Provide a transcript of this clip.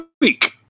week